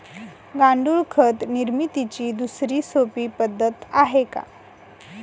गांडूळ खत निर्मितीची दुसरी सोपी पद्धत आहे का?